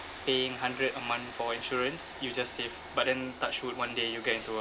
paying hundred a month for insurance you just save but then touch wood one day you get into a